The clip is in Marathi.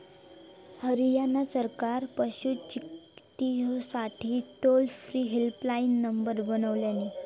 हरयाणा सरकारान पशू चिकित्सेसाठी टोल फ्री हेल्पलाईन नंबर बनवल्यानी